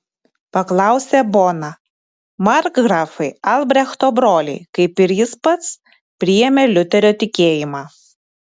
paklausė bona markgrafai albrechto broliai kaip ir jis pats priėmė liuterio tikėjimą